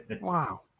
Wow